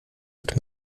wird